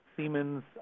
Siemens